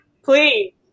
please